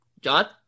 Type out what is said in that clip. John